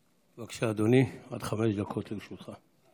בבקשה, אדוני, עד חמש דקות לרשותך.